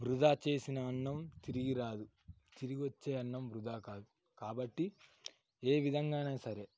వృధా చేసిన అన్నం తిరిగి రాదు తిరిగి వచ్చే అన్నం వృధా కాదు కాబట్టి ఏ విధంగా అయినా సరే కొన్ని